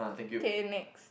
okay next